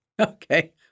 Okay